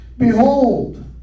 Behold